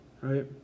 right